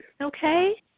Okay